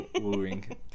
wooing